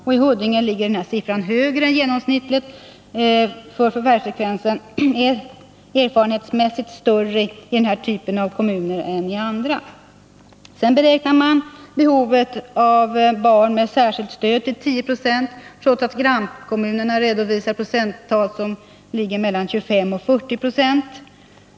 Och i Huddinge ligger denna siffra högre än genomsnittet, för förvärvsfrekvensen är erfarenhetsmässigt större i denna typ av kommuner än i andra. Sedan beräknar man antalet barn med behov av särskilt stöd till 10 96, trots att grannkommunerna redovisar procenttal som ligger mellan 25 och 40.